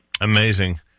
Amazing